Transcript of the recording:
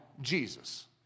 Jesus